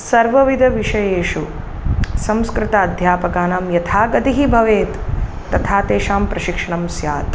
सर्वविदविषयेषु संस्कृत अध्यापकानां यथा गतिः भवेत् तथा तेषां प्रशिक्षणं स्यात्